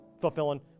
fulfilling